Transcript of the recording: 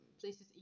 places